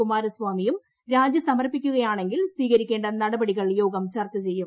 കുമാരസ്വാമിയും രാജി സമർപ്പിക്കുകയാണെങ്കിൽ സ്വീകരിക്കേണ്ട നിലപാടുകൾ യോഗം ചർച്ച ചെയ്യും